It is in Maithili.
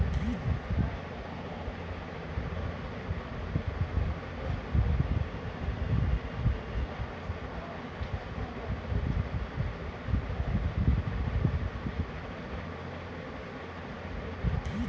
बैंक जँ लोन दैत छै त ओकरा ब्याज दर जोखिम सेहो देखय पड़ैत छै